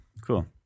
Cool